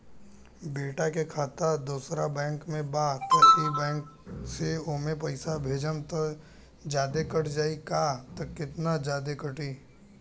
बेटा के खाता दोसर बैंक में बा त ए बैंक से ओमे पैसा भेजम त जादे कट जायी का त केतना जादे कटी?